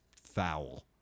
foul